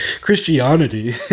Christianity